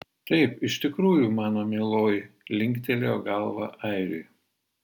taip iš tikrųjų mano mieloji linktelėjo galva airiui